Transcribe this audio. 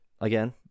again